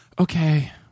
Okay